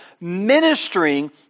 ministering